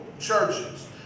Churches